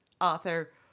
author